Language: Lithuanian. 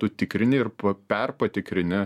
tu tikrini ir po perpatikrini